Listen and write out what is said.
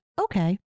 okay